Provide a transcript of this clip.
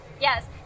Yes